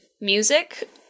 music